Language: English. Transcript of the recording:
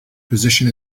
position